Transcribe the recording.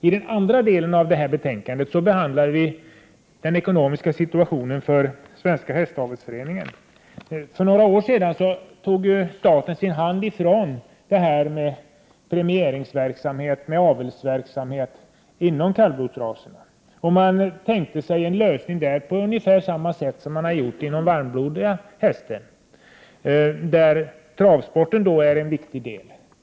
I den andra delen av betänkandet behandlar vi den ekonomiska situationen för Svenska hästavelsförbundet. För några år sedan tog staten sin hand från premieringsverksamheten och avelsverksamheten när det gällde kallblodsraserna. Man tänkte sig en lösning där på ungefär samma sätt som när det gällde den varmblodiga hästen, där travsporten är en viktig del som själv — Prot.